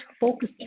focus